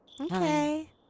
Okay